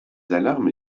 alarmes